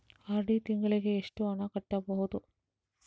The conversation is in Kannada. ಆರ್.ಡಿ ತಿಂಗಳಿಗೆ ಎಷ್ಟು ಹಣ ಕಟ್ಟಬಹುದು?